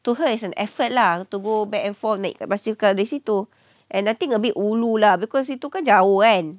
to her is an effort lah to go back and forth naik basikal di situ and I think a bit ulu lah because situ kan jauh kan